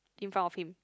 in front of him